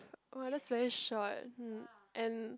!wah! that's very short um and